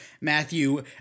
Matthew